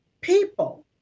people